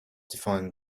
define